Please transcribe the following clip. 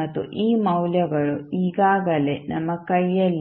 ಮತ್ತು ಈ ಮೌಲ್ಯಗಳು ಈಗಾಗಲೇ ನಮ್ಮ ಕೈಯಲ್ಲಿವೆ